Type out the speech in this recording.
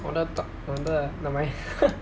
我的 ta~ 我的 never mind ha